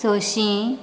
सशीं